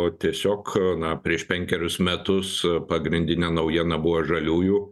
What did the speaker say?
o tiesiog na prieš penkerius metus pagrindinė naujiena buvo žaliųjų